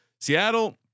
Seattle